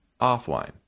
offline